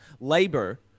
labor